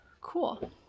Cool